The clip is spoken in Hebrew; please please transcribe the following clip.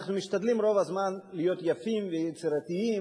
אנחנו משתדלים רוב הזמן להיות יפים ויצירתיים,